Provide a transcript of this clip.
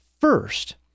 first